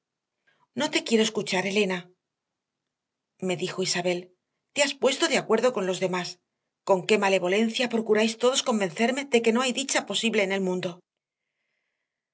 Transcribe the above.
no te quiero escuchar elena me dijo isabel te has puesto de acuerdo con los demás con qué malevolencia procuráis todos convencerme de que no hay dicha posible en el mundo